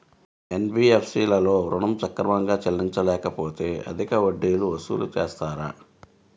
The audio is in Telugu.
ఎన్.బీ.ఎఫ్.సి లలో ఋణం సక్రమంగా చెల్లించలేకపోతె అధిక వడ్డీలు వసూలు చేస్తారా?